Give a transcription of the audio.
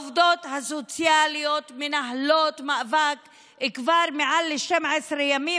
העובדות הסוציאליות מנהלות מאבק כבר מעל ל-12 ימים,